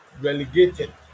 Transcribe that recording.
relegated